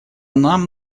нам